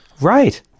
Right